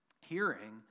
hearing